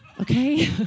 okay